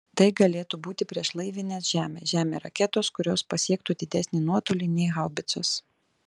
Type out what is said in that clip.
tai galėtų būti priešlaivinės žemė žemė raketos kurios pasiektų didesnį nuotolį nei haubicos